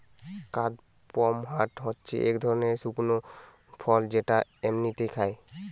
কাদপমহাট হচ্ছে এক ধরনের শুকনো ফল যেটা এমনই খায়